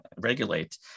regulate